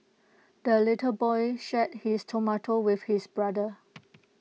the little boy shared his tomato with his brother